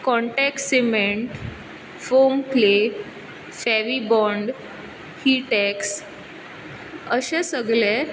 contact cement foam clay Fevibond heat X अशें सगलें